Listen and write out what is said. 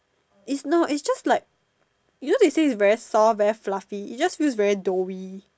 it's not it's just like you know they say it's very soft very fluffy it just feels very doughy